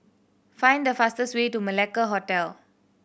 find the fastest way to Malacca Hotel